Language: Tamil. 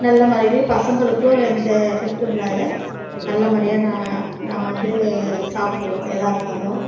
நல்ல முறையிலையும் பசங்களுக்கும் எந்த எஃபெக்டும் இல்லாத நல்ல முறையாக நான் நாங்கள் வந்து சாப்பிடுவோம் ஏதா இருந்தாலும்